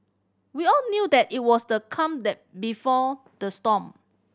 we all knew that it was the calm the before the storm